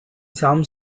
some